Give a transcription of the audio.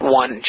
one